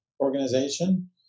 organization